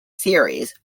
series